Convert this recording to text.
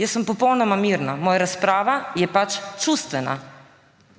Jaz sem popolnoma mirna. Moja razprava je pač čustvena.